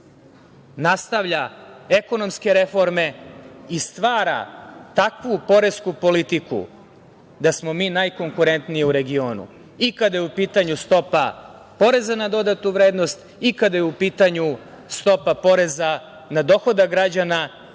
nastavlja ekonomske reforme i stvara takvu poresku politiku da smo mi najkonkurentniji u regionu i kada je u pitanju stopa poreza na dodatu vrednost i kada je u pitanju stopa poreza na dohodak građana